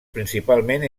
principalment